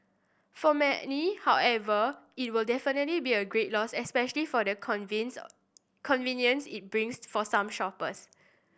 for many however it'll definitely be a great loss especially for the convince convenience it brings for some shoppers